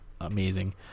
Amazing